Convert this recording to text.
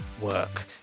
work